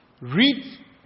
read